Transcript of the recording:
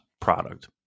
product